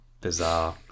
bizarre